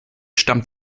stammt